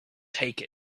take